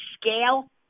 scale